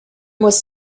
was